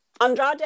Andrade